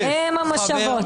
זה גם --- אם המושבות,